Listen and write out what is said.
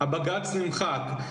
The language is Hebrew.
הבג"צ נמחק.